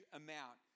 amount